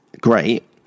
great